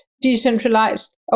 decentralized